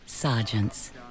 Sergeants